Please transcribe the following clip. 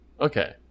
Okay